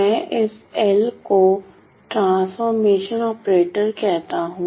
मैं इस L को ट्रांसफॉर्मेशन ऑपरेटर कहता हूं